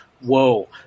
whoa